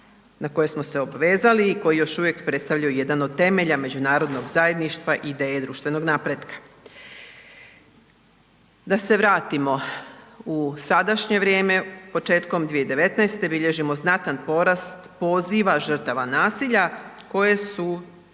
na koje smo se obvezali i koji još uvijek predstavljaju jedan od temelja međunarodnog zajedništva i ideje društvenog napretka. Da se vratimo u sadašnje vrijeme, početkom 2019. bilježimo znatan porast poziva žrtava nasilja koje su